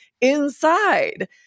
inside